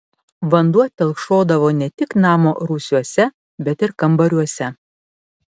vanduo telkšodavo ne tik namo rūsiuose bet ir kambariuose